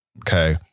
Okay